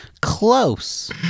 Close